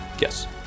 Yes